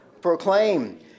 proclaim